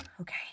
Okay